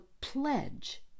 pledge